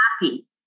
happy